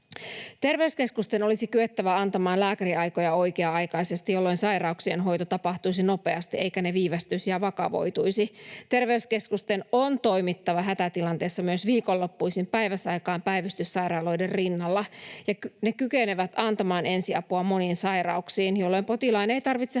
Terveyskeskusten olisi kyettävä antamaan lääkäriaikoja oikea-aikaisesti, jolloin sairauksien hoito tapahtuisi nopeasti eikä se viivästyisi ja vakavoituisi. Terveyskeskusten on toimittava hätätilanteessa myös viikonloppuisin päiväsaikaan päivystyssairaaloiden rinnalla. Ne kykenevät antamaan ensiapua moniin sairauksiin, jolloin potilaan ei tarvitse